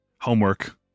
homework